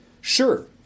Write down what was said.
Sure